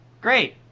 Great